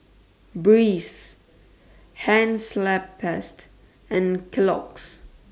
Breeze Hansaplast and Kellogg's